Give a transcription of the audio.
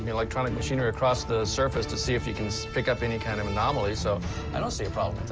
electronic machinery, across the surface to see if you can pick up any kind of anomalies, so i don't see a problem with